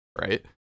right